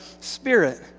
spirit